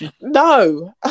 No